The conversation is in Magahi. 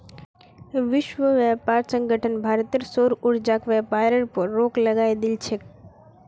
विश्व व्यापार संगठन भारतेर सौर ऊर्जाक व्यापारेर पर रोक लगई दिल छेक